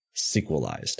sequelized